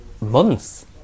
months